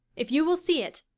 if you will see it,